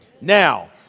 Now